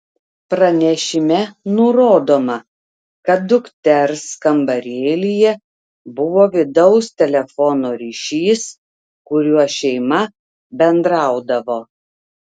pranešime nurodoma kad dukters kambarėlyje buvo vidaus telefono ryšys kuriuo šeima bendraudavo